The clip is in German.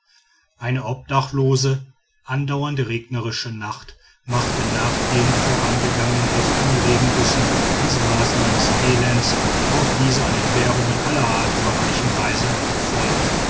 eine obdachlose andauernd regnerische nacht machte nach den vorangegangenen heftigen regengüssen das maß meines elends auf dieser an entbehrungen aller art überreichen reise voll